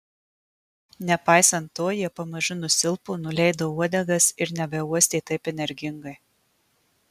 nepaisant to jie pamažu nusilpo nuleido uodegas ir nebeuostė taip energingai